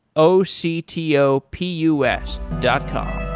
o c t o p u s dot com